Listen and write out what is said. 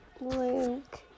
Luke